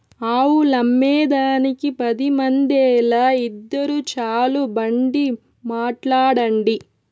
ఆవులమ్మేదానికి పది మందేల, ఇద్దురు చాలు బండి మాట్లాడండి